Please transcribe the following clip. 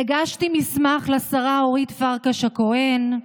הגשתי מסמך לשרה אורית פרקש הכהן,